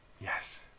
Yes